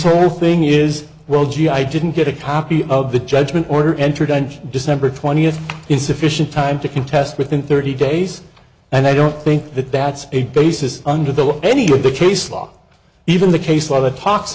of thing is well gee i didn't get a copy of the judgment order entered on december twentieth in sufficient time to contest within thirty days and i don't think that that's a basis under the law any with the case law even the case law the talks